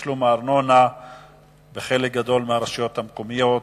הארנונה בחלק גדול מהרשויות המקומיות